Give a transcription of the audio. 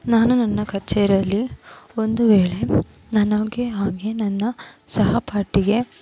ನಾನು ನನ್ನ ಕಚೇರಿಯಲ್ಲಿ ಒಂದು ವೇಳೆ ನನಗೆ ಹಾಗೆ ನನ್ನ ಸಹಪಾಠಿಗೆ